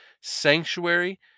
sanctuary